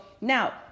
now